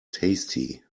tasty